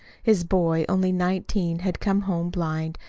his boy only nineteen had come home blind,